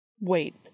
Wait